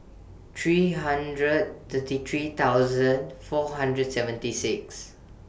three hundred thirty three thousand four hundred seventy six